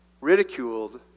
ridiculed